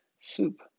soup